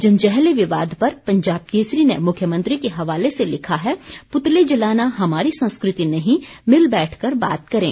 जंजैहली विवाद पर पंजाब केसरी ने मुख्यमंत्री के हवाले से लिखा है पुतले जलाना हमारी संस्कृति नहीं मिल बैठकर बात करें